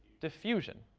diffusion.